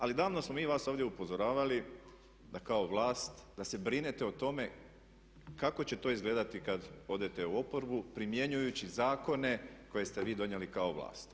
Ali davno smo mi vas ovdje upozoravali da kao vlast, da se brinete o tome kako će to izgledati kad odete u oporbu primjenjujući zakone koje ste vi donijeli kao vlast.